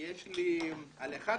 לפני שנגיע להצבעות נדבר על זה,